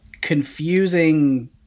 confusing